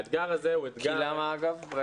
כי למה, אגב?